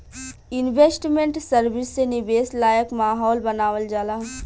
investment service से निवेश लायक माहौल बानावल जाला